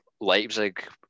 Leipzig